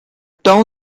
town